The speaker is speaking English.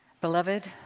Beloved